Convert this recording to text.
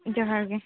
ᱡᱚᱦᱟᱨ ᱜᱮ